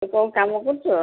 ତମେ କଉ କାମ କରୁଛ